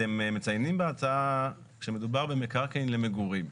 אתם מציינים בהצעה שמדובר במקרקעין למגורים.